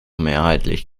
mehrheitlich